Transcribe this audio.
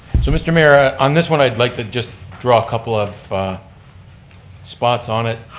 so mr. mayor, ah on this one i'd like to just draw a couple of spots on it.